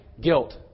Guilt